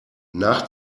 nach